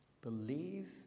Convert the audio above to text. Believe